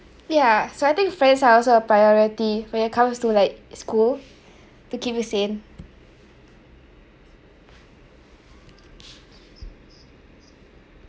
ya so I think friends are also a priority when it comes to like school to keep you sane